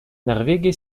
норвегия